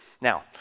Now